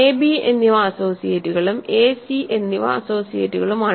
a b എന്നിവ അസോസിയേറ്റുകളും a c എന്നിവ അസോസിയേറ്റുകളുമാണ്